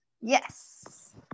Yes